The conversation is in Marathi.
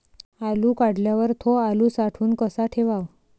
आलू काढल्यावर थो आलू साठवून कसा ठेवाव?